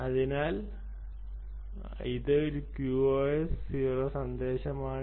അതിനാൽ ഇത് ഒരു QoS 0 സന്ദേശമാണ്